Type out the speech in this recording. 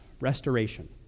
restoration